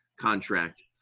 contract